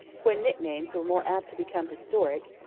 when nicknames were more apt to become historic,